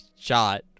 Shot